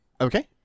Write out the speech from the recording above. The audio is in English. Okay